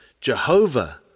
Jehovah